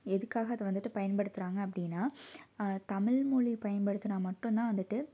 எதுக்காக அது வந்துட்டு பயன்படுத்துகிறாங்க அப்டின்னா தமிழ்மொழி பயன்படுத்தினா மட்டும் தான் வந்துட்டு